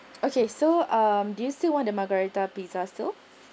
okay so um do you still want the margarita pizza still